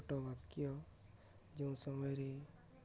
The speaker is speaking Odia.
ଛୋଟ ବାକ୍ୟ ଯେଉଁ ସମୟରେ